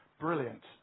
brilliant